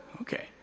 Okay